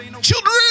children